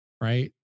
right